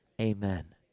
Amen